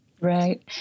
Right